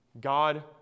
God